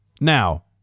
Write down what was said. Now